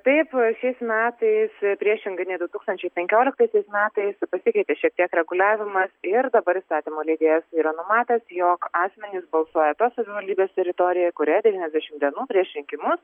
taip šiais metais priešingai nei du tūkstančiai penkioliktaisiais metais pasikeitė šiek tiek reguliavimas ir dabar įstatymų leidėjas yra numatęs jog asmenys balsuoja tos savivaldybės teritorijoje kurioje devyniasdešimt dienų prieš rinkimus